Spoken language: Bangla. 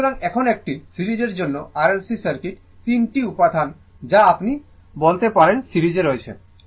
সুতরাং এখন একটি সিরিজের জন্য R L C সার্কিট তিনটি উপাদান যা আপনি বলেন তা সিরিজে রয়েছে